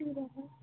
किदें आहा